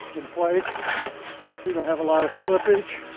in place, so you don't have a lot of slippage.